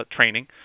training